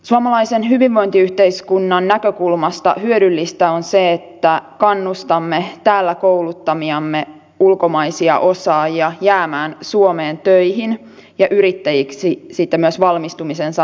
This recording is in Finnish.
suomalaisen hyvinvointiyhteiskunnan näkökulmasta hyödyllistä on se että kannustamme täällä kouluttamiamme ulkomaisia osaajia jäämään suomeen töihin ja yrittäjiksi sitten myös valmistumisensa jälkeen